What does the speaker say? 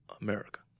America